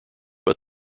but